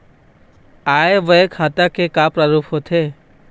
आय व्यय खाता के का का प्रारूप होथे?